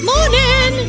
Morning